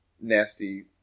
nasty